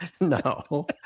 No